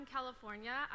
California